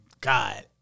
God